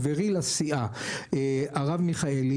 אני רוצה לשבח את חברי לסיעה הרב מיכאלי